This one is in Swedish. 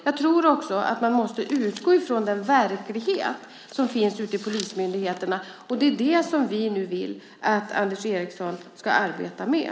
Jag tror också att man måste utgå ifrån den verklighet som finns ute i polismyndigheterna. Det är det som vi nu vill att Anders Danielsson ska arbeta med.